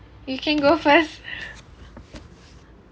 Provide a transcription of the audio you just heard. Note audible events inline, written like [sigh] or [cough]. you can go first [laughs]